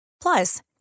Plus